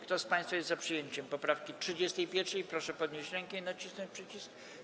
Kto z państwa jest za przyjęciem poprawki 33., proszę podnieść rękę i nacisnąć przycisk.